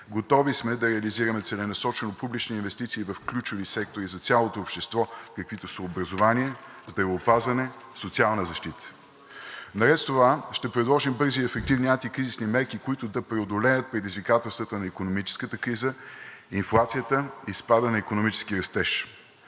готови сме да реализираме целенасочено публични инвестиции в ключови сектори за цялото общество, каквито са образование, здравеопазване, социална защита. Наред с това ще предложим бързи и ефективни антикризисни мерки, които да преодолеят предизвикателствата на икономическата криза, инфлацията и спада на икономически растеж,